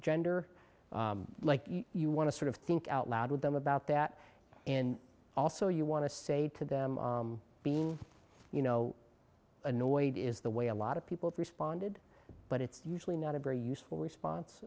gender like you want to sort of think out loud with them about that and also you want to say to them being you know annoyed is the way a lot of people responded but it's usually not a very useful response